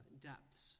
depths